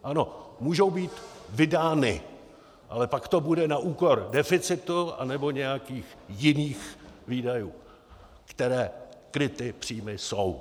Ano, můžou být vydány, ale pak to bude na úkor deficitu anebo nějakých jiných výdajů, které kryty příjmy jsou.